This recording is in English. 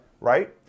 right